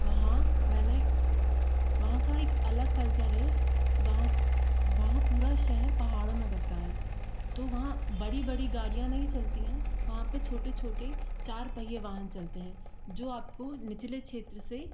वहाँ मैंने वहाँ का एक अलग कल्चर है वहाँ वहाँ पूरा शहर पहाड़ों में बसा है तो वहाँ बड़ी बड़ी गाड़ियाँ नहीं चलती हैं वहाँ पे छोटे छोटे चार पहिए वाहन चलते हैं जो आपको निचले क्षेत्र से